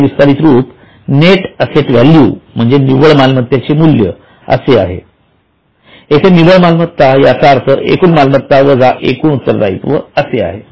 याचे विस्तारित रूप नेट असेट व्हॅल्यू म्हणजे निव्वळ मालमत्तेचे मूल्य असे आहे येथे निव्वळ मालमत्ता याचा अर्थ एकूण मालमत्ता वजा एकूण उत्तर दायित्व असा आहे